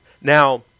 Now